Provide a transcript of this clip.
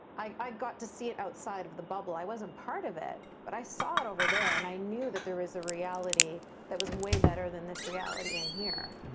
i i got to see outside of of the bubble. i wasn't part of it, but i saw it over there, and i knew that there was a reality that was way better than this reality in here.